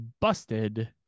busted